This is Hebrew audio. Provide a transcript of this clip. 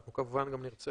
אנחנו כמובן גם נרצה